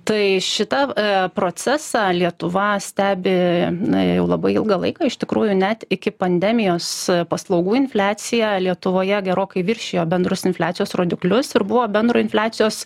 tai šitą procesą lietuva stebi na jau labai ilgą laiką iš tikrųjų net iki pandemijos paslaugų infliacija lietuvoje gerokai viršijo bendrus infliacijos rodiklius ir buvo bendro infliacijos